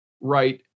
right